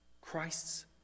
Christ's